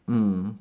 mm